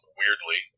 weirdly